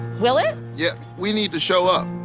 will it? yeah. we need to show up.